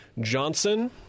Johnson